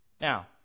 Now